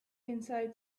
inside